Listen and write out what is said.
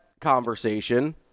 conversation